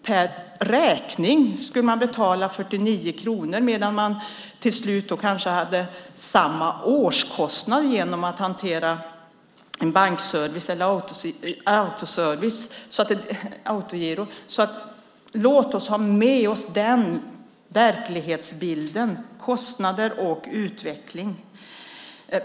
Per räkning skulle man i så fall få betala 49 kronor medan man kanske hade samma årskostnad för att hantera hela sin bankservice på annat sätt eller använda autogiro. Låt oss därför ha med oss den verklighetsbilden. Det handlar om kostnader och utveckling.